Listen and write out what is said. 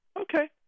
Okay